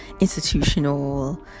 institutional